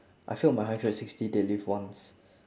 I failed my hundred and sixty deadlift once